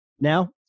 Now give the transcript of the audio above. Now